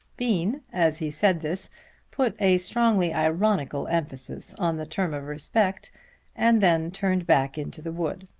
bean as he said this put a strongly ironical emphasis on the term of respect and then turned back into the wood.